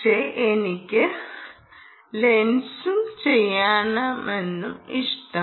പക്ഷേ എനിക്ക് ലെൻസും ചെയ്യുന്നതാണ് ഇഷ്ടം